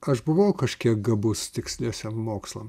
aš buvau kažkiek gabus tiksliesiem mokslam